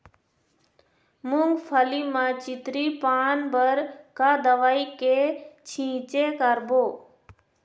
मूंगफली म चितरी पान बर का दवई के छींचे करबो?